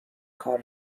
کار